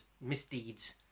misdeeds